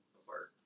apart